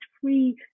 free